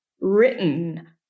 written